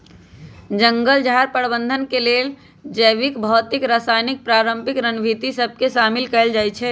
जंगल झार प्रबंधन के लेल जैविक, भौतिक, रासायनिक, पारंपरिक रणनीति सभ के शामिल कएल जाइ छइ